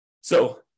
So-